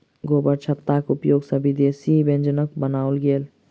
गोबरछत्ताक उपयोग सॅ विदेशी व्यंजनक बनाओल गेल